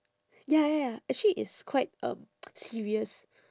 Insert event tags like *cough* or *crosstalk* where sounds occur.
ya ya ya actually it's quite um *noise* serious